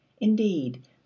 indeed